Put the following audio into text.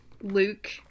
Luke